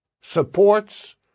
supports